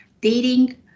dating